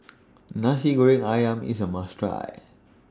Nasi Goreng Ayam IS A must Try